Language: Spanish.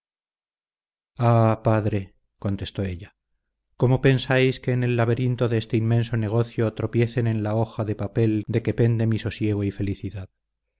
padre contestó ella cómo pensáis que en el laberinto de este inmenso negocio tropiecen en la hoja de papel de que pende mi sosiego y felicidad